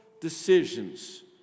decisions